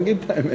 נגיד את האמת.